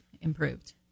improved